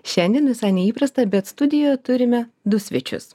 šiandien visai neįprasta bet studijoje turime du svečius